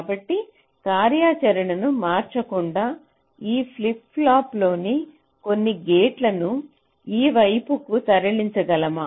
కాబట్టి కార్యాచరణను మార్చకుండా ఈ ఫ్లిప్ ఫ్లాప్లోని కొన్ని గేట్లను ఈ వైపుకు తరలించగలమా